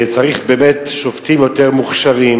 צריך באמת שופטים יותר מוכשרים,